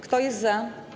Kto jest za?